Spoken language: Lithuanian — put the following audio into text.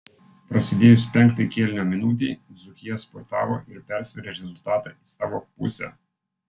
prasidėjus penktai kėlinio minutei dzūkija spurtavo ir persvėrė rezultatą į savo pusę